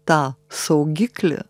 tą saugiklį